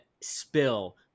spill